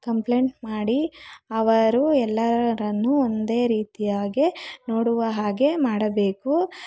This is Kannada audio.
ಕಂಪ್ಲೇಂಟ್ ಮಾಡಿ ಅವರು ಎಲ್ಲರನ್ನು ಒಂದೇ ರೀತಿಯಾಗಿ ನೋಡುವ ಹಾಗೆ ಮಾಡಬೇಕು